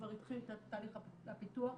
כבר התחיל תהליך הפיתוח,